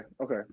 okay